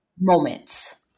moments